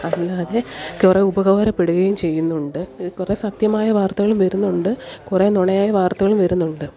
അല്ലാതെ കുറേ ഉപകാരപ്പെടുകയും ചെയ്യുന്നുണ്ട് കുറേ സത്യമായ വാർത്തകളും വരുന്നുണ്ട് കുറെ നുണയായ വാർത്തകൾ വരുന്നുണ്ട്